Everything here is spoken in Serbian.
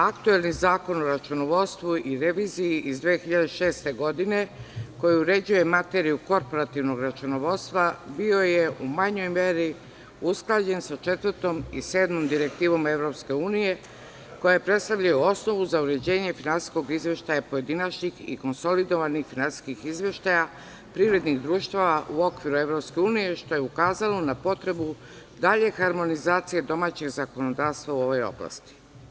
Aktuelni Zakon o računovodstvu i reviziji iz 2006. godine, koji uređuje materiju korporativnog računovodstva, bio je u manjoj meri usklađen sa Četvrtom i Sedmom direktivom EU, koje predstavljaju osnovu za uređenje finansijskog izveštaja, pojedinačnih i konsolidovanih finansijskih izveštaja privrednih društava u okviru EU, što je ukazalo na potrebu harmonizacije domaćeg zakonodavstva u ovaj oblasti.